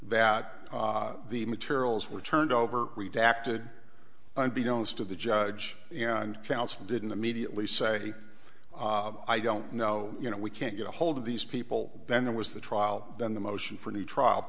that the materials were turned over redacted unbeknownst to the judge and counsel didn't immediately say i don't know you know we can't get a hold of these people then there was the trial then the motion for a new trial